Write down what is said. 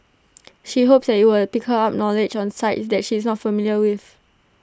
she hopes IT was pick up knowledge on sites that she is not familiar with